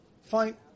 Fine